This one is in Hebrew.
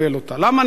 למה אני אומר את זה?